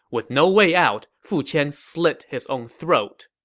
with no way out, fu qian slit his own throat.